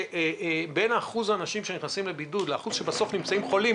בין אחוז האנשים שנכנסים לבידוד לאחוז האנשים שבסוף נמצאים חולים,